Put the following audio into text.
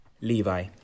Levi